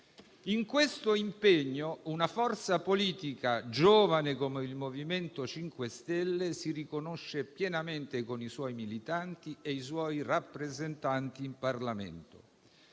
In questo impegno una forza politica giovane come il MoVimento 5 Stelle si riconosce pienamente con i suoi militanti e i suoi rappresentanti in Parlamento,